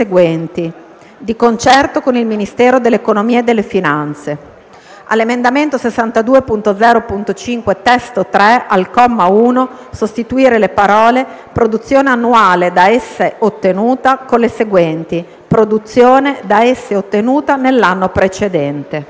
"di concerto con il Ministero dell'economia e delle finanze"; all'emendamento 62.0.5 (testo 3), al comma 1, sostituire le parole: "produzione annuale da esse ottenuta", con le seguenti: "produzione da esse ottenuta nell'anno precedente.".